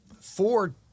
four